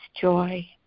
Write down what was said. joy